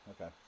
Okay